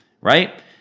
right